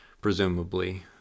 presumably